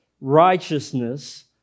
righteousness